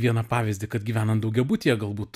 vieną pavyzdį kad gyvenant daugiabutyje galbūt